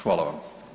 Hvala vam.